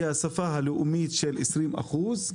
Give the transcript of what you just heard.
היא השפה הלאומית של עשרים אחוז,